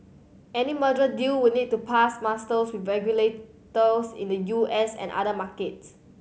any merger deal would need to pass musters with regulators in the U S and other markets